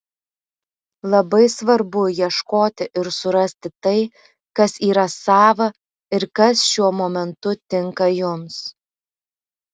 labai svarbu ieškoti ir surasti tai kas yra sava ir kas šiuo momentu tinka jums